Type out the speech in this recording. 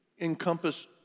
encompass